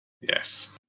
Yes